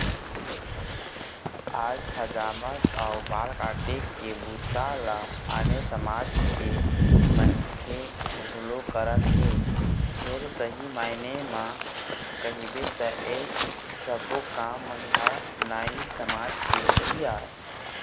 आज हजामत अउ बाल काटे के बूता ल आने समाज के मनखे घलोक करत हे फेर सही मायने म कहिबे त ऐ सब्बो काम मन ह नाई समाज के ही आय